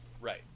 right